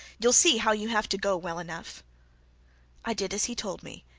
you'll see how you have to go well enough i did as he told me,